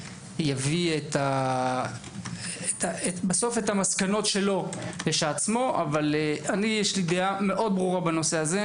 יביא את המסקנות שלו אבל יש לי דעה מאוד ברורה בנושא הזה: